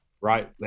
Right